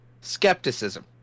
skepticism